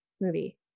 movie